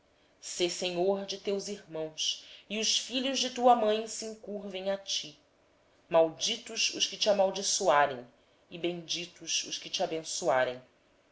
sê senhor de teus irmãos e os filhos da tua mãe se encurvem a ti sejam malditos os que te amaldiçoarem e benditos sejam os que te abençoarem